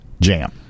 Jam